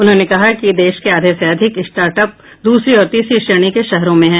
उन्होंने कहा कि देश के आधे से अधिक स्टार्टअप दूसरी और तीसरी श्रेणी के शहरों में हैं